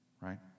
right